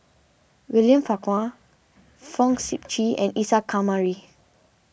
William Farquhar Fong Sip Chee and Isa Kamari